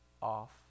off